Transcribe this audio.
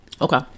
Okay